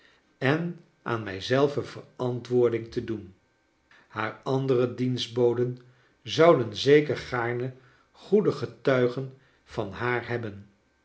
en aan mij zelve verantwoording te doen haar andere dienstboden zouden zeker gaarne goede getuigen van haar hebben